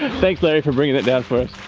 thanks, larry, for bringing it down for us.